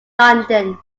london